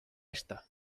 esta